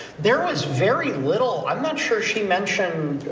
there was very little i'm not sure she mentioned,